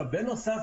בנוסף,